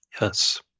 Yes